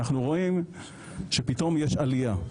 אנחנו רואים שפתאום יש עלייה.